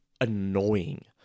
annoying